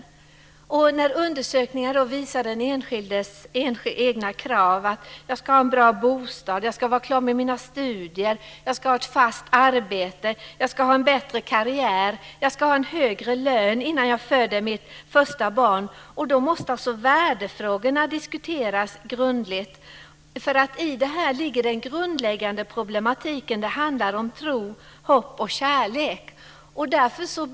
Värdefrågorna måste diskuteras grundligt, när undersökningar visar den enskildes krav: Jag ska ha en bra bostad, vara klar med mina studier, ha ett fast arbete, en bättre karriär och högre lön innan jag föder mitt första barn. I detta ligger den grundläggande problematiken. Det handlar om tro, hopp och kärlek.